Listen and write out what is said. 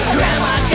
Grandma